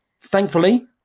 Thankfully